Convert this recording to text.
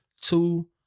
Two